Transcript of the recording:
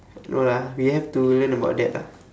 no lah we have to learn about that lah